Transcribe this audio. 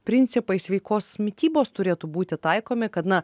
principai sveikos mitybos turėtų būti taikomi kad na